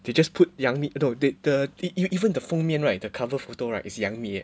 they just put 杨幂 no they the e~ even the 封面 right the cover photo right is 杨幂 leh